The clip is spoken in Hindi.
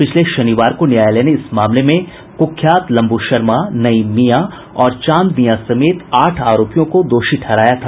पिछले शनिवार को न्यायालय ने इस मामले में कुख्यात लम्बू शर्मा नईम मियां और चांद मियां समेत आठ आरोपियों को दोषी ठहराया था